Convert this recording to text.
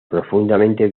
profundamente